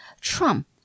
Trump